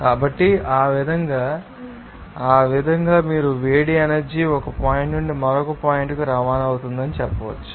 కాబట్టి ఆ విధంగా మీరు వేడి ఎనర్జీ ఒక పాయింట్ నుండి మరొక పాయింట్ కు రవాణా అవుతుందని మీకు చెప్పవచ్చు